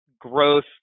growth